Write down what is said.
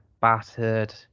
battered